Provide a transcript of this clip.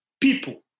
people